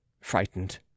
frightened